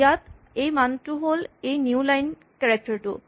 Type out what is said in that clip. ইয়াত এই মানটো হ'ল এই নিউ লাইন কেৰেক্টাৰ টো